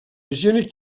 higiene